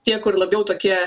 tie kur labiau tokie